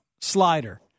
slider